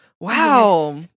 Wow